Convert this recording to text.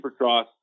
Supercross